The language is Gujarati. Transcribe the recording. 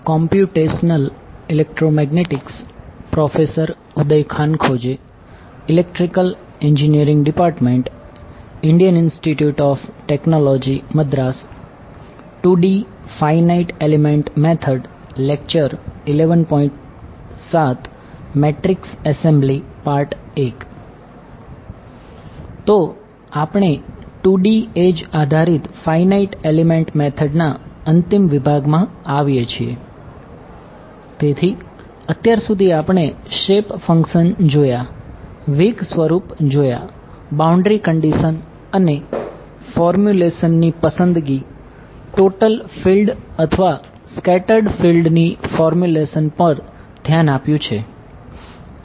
તો આપણે 2D એડ્જ ની ફોર્મ્યુલેશન પર ધ્યાન આપ્યું છે